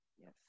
Yes